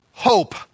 hope